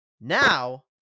Now